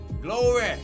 Glory